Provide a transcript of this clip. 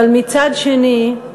אבל מצד שני,